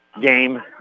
game